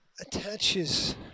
attaches